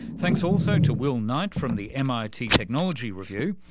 thanks also to will knight from the mit technology review,